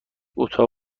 اتاق